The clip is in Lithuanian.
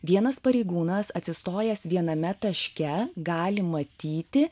vienas pareigūnas atsistojęs viename taške gali matyti